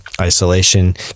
isolation